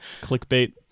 clickbait